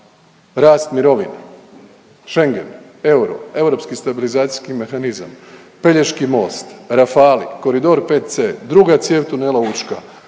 rast mirovina, Schengen, euro, europski stabilizacijski mehanizam, Pelješki most, Rafali, koridor VC, druga cijev tunela Učka